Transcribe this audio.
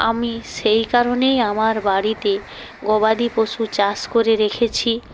আমি সেই কারণেই আমার বাড়িতে গবাদি পশু চাষ করে রেখেছি